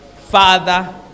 father